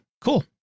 Cool